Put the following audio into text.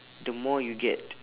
the more you get